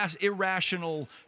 irrational